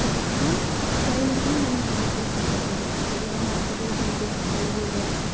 संस्थान तऽ एहिमे तीन महीनाके कोर्स भेलै पेंटिंगके जाहिमे हमरासभके बहुत नीकसँ सिखायल गेल अछि